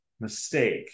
mistake